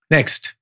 Next